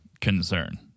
concern